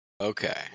okay